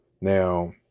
Now